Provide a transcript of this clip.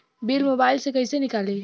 Bill mobile से कईसे निकाली?